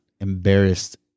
embarrassed